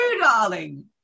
darling